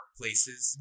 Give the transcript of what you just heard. places